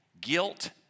Guilt